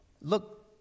Look